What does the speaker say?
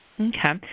Okay